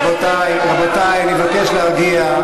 רבותי, אני מבקש להרגיע.